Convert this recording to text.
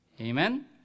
Amen